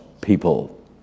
people